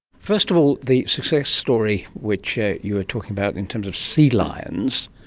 first of all, the success story which ah you were talking about in terms of sea lions.